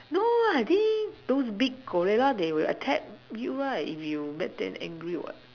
no lah I think those big gorilla they will attack you right if you make them angry what